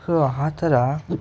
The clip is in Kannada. ಆ ಥರ